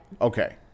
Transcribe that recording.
Okay